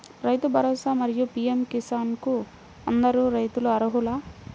రైతు భరోసా, మరియు పీ.ఎం కిసాన్ కు అందరు రైతులు అర్హులా?